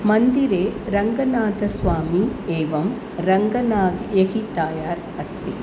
मन्दिरे रङ्गनाथस्वामी एवं रङ्गनायिकायाः अस्ति